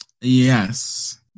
Yes